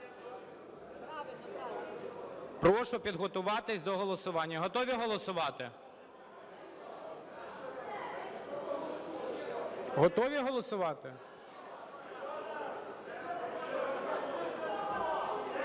Прошу підготуватись до голосування. Готові голосувати? Готові голосувати?